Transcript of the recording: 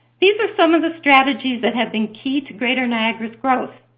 these are some of the strategies that have been key to greater niagara's growth.